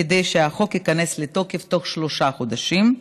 כדי שהחוק ייכנס לתוקף בתוך שלושה חודשים.